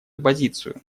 позицию